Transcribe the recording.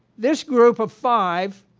this group of five,